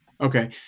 Okay